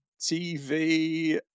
TV